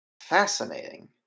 Fascinating